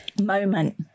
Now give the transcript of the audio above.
moment